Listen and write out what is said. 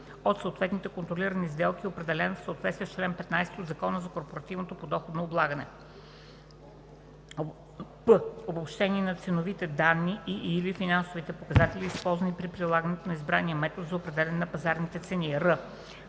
от съответните контролирани сделки е определен в съответствие с чл. 15 от Закона за корпоративното подоходно облагане; п) обобщение на ценовите данни и/или финансовите показатели, използвани при прилагането на избрания метод за определяне на пазарните цени; р)